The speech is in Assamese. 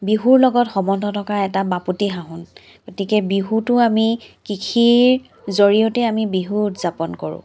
বিহুৰ লগত সম্বন্ধ থকা এটা বাপতিসাহোন গতিকে বিহুটো আমি কৃষিৰ জৰিয়তে আমি বিহু উদযাপন কৰোঁ